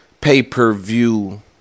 pay-per-view